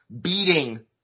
beating